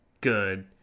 good